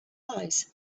lies